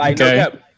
Okay